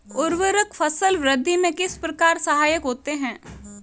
उर्वरक फसल वृद्धि में किस प्रकार सहायक होते हैं?